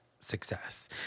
Success